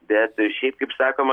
bet šiaip kaip sakoma